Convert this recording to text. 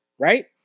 Right